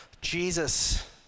Jesus